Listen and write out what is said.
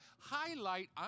highlight